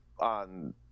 on